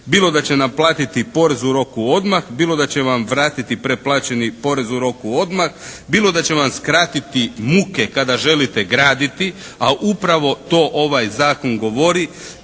bilo da će naplatiti porez u roku odmah, bilo da će vam vratiti preplaćeni porez u roku odmah, bilo da će vam skratiti muke kada želite graditi, a upravo to ovaj zakon govori,